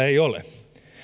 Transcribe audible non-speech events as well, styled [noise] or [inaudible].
[unintelligible] ei ole